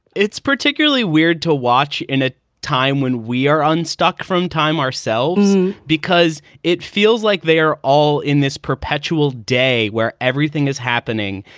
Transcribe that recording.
it's particularly weird to watch in a time when we are unstuck from time ourselves because it feels like they are all in this perpetual day where everything is happening,